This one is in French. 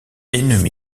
ennemi